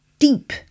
Deep